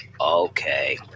okay